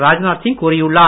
ராஜ்நாத் சிங் கூறியுள்ளார்